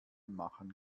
machen